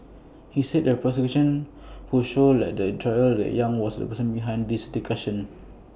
he said the prosecution would show later in trial that yang was the person behind this discussions